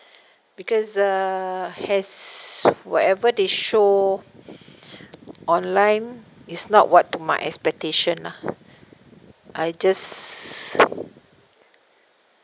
because uh has whatever they show online is not what to my expectation lah I just